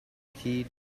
key